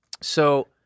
So-